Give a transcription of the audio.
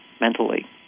mentally